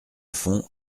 fond